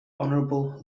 honorable